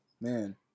Man